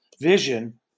vision